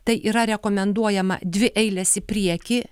tai yra rekomenduojama dvi eiles į priekį